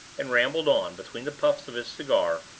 and rambled on, between the puffs of his cigar,